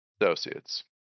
Associates